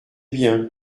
bien